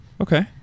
Okay